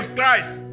Christ